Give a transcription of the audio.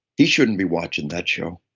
he shouldn't be watching that show.